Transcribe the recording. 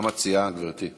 מה מציעה גברתי?